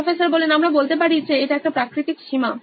professor আমরা বলতে পারি যে এটা একটা প্রাকৃতিক সীমা